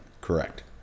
Correct